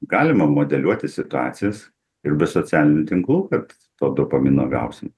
galima modeliuoti situacijas ir be socialinių tinklų kad to dopamino gausim